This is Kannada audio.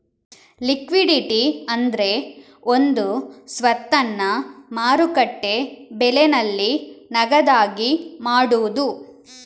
ಲಿಕ್ವಿಡಿಟಿ ಅಂದ್ರೆ ಒಂದು ಸ್ವತ್ತನ್ನ ಮಾರುಕಟ್ಟೆ ಬೆಲೆನಲ್ಲಿ ನಗದಾಗಿ ಮಾಡುದು